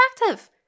attractive